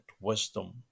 wisdom